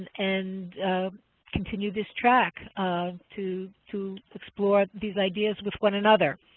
and continue this track um to to explore these ideas with one another.